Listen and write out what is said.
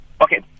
Okay